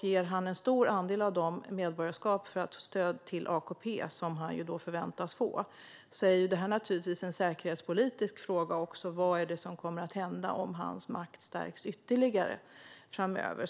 Ger han en stor andel av dem medborgarskap för att få stöd till AKP, vilket han förväntas få, är det här naturligtvis också en säkerhetspolitisk fråga - vad kommer att hända om hans makt stärks ytterligare framöver?